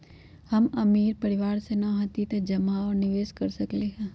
हम अमीर परिवार से न हती त का हम जमा और निवेस कर सकली ह?